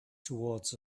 towards